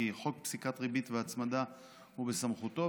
כי חוק פסיקת ריבית והצמדה הוא בסמכותו,